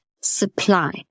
supply